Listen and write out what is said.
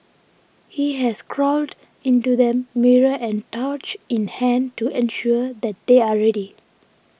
he has crawled into them mirror and torch in hand to ensure that they are ready